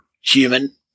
human